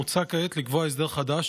מוצע כעת לקבוע הסדר חדש,